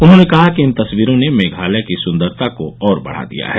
उन्होंने कहा कि इन तस्वीरों ने मेघालय की सुंदरता को और बढ़ा दिया है